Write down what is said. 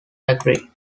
agree